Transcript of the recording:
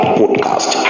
podcast